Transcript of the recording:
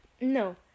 No